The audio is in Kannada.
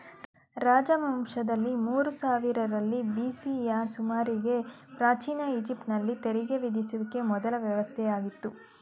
ರಾಜವಂಶದಲ್ಲಿ ಮೂರು ಸಾವಿರರಲ್ಲಿ ಬಿ.ಸಿಯ ಸುಮಾರಿಗೆ ಪ್ರಾಚೀನ ಈಜಿಪ್ಟ್ ನಲ್ಲಿ ತೆರಿಗೆ ವಿಧಿಸುವಿಕೆ ಮೊದ್ಲ ವ್ಯವಸ್ಥೆಯಾಗಿತ್ತು